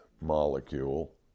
molecule